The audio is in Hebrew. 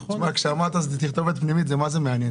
כשאמרת תכתובת פנימית, זה מה זה מעניין.